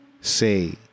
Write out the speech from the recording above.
say